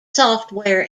software